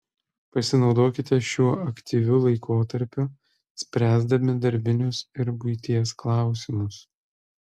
pasinaudokite šiuo aktyviu laikotarpiu spręsdami darbinius ir buities klausimus